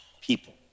people